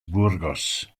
burgos